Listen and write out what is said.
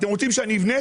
אתם רוצים שאני אבנה,